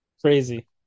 crazy